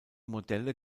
modelle